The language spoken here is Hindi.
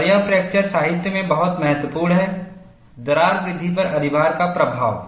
और यह फ्रैक्चर साहित्य में बहुत महत्वपूर्ण है दरार वृद्धि पर अधिभार का प्रभाव